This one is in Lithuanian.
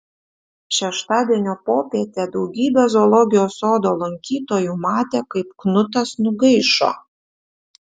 šeštadienio popietę daugybė zoologijos sodo lankytojų matė kaip knutas nugaišo